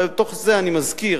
ובתוך זה אני מזכיר